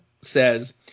says